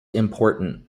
important